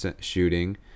shooting